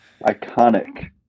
iconic